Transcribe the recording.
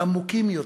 עמוקים יותר,